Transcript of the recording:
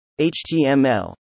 html